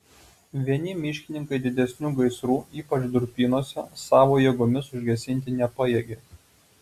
vieni miškininkai didesnių gaisrų ypač durpynuose savo jėgomis užgesinti nepajėgė